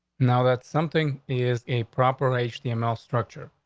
now that's something is a proper age the email structure.